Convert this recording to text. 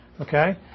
okay